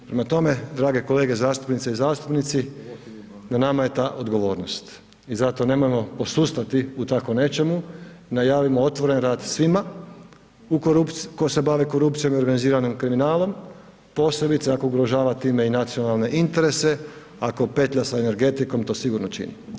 Prema tome, drage kolege zastupnice i zastupnici, na nama je ta odgovornost i zato nemojmo posustati u tako nečemu, najavimo otvoren rat svima u korupciji, ko se bavi korupcijom i organiziranim kriminalom, posebice ako ugrožava time i nacionalne interese, ako petlja sa energetikom, to sigurno čini.